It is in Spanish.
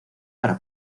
para